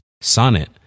Sonnet